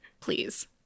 Please